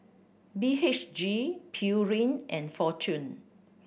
B H G Pureen and Fortune